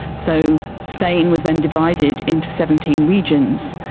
so spain was then divided into seventeen regions,